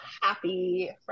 happy